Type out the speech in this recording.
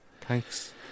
Thanks